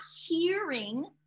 hearing